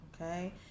okay